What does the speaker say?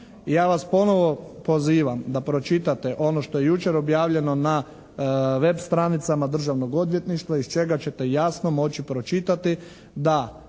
Ja vas ponovo pozivam da pročitate ono što je jučer objavljeno na web stranicama državnog odvjetništva iz čega ćete jasno moći pročitati